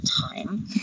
time